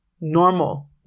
normal